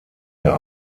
der